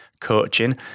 Coaching